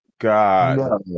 God